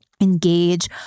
engage